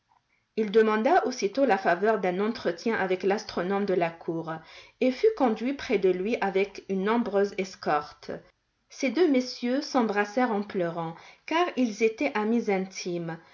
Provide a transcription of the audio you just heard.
il demanda aussitôt la faveur d'un entretien avec l'astronome de la cour et fut conduit près de lui avec une nombreuse escorte ces deux messieurs s'embrassèrent en pleurant car ils étaient amis intimes